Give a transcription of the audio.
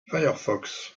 firefox